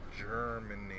Germany